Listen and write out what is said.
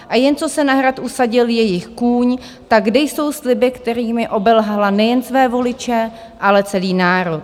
A jen co se na Hrad usadil jejich kůň, tak kde jsou sliby, kterými obelhala nejen své voliče, ale celý národ.